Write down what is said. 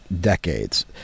decades